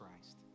Christ